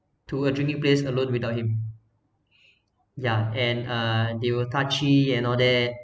to a drinking place alone without him ya and uh they were touchy and all that